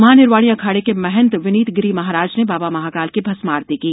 महानिर्वाणी अखाड़े के महंत विनीत गिरि महराज ने बाबा महाकाल की भस्मारती की